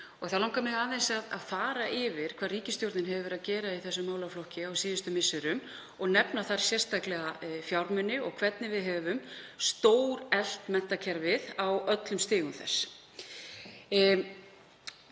Þá langar mig að fara yfir hvað ríkisstjórnin hefur verið að gera í þeim málaflokki á síðustu misserum og nefna þar sérstaklega fjármuni og hvernig við höfum stóreflt menntakerfið á öllum stigum.